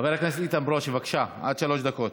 חבר הכנסת איתן ברושי, בבקשה, עד שלוש דקות.